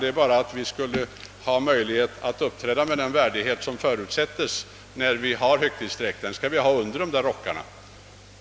Vår önskan är bara att riksdagens ledamöter skall få möjlighet att uppträda med den värdighet som förutsätts och inte behöva dölja högtidsdräkten under överrocken.